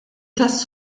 tas